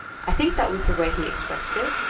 i think that was the way he expressed it.